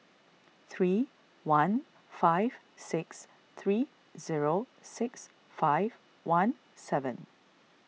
three one five six three zero six five one seven